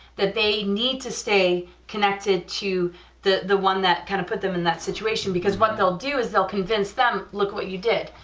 that they need to stay connected to the the one that kind of put them in that situation, because what they'll do is they'll convince them, look what you did,